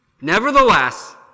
nevertheless